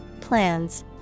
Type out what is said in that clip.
plans